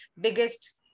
biggest